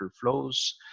flows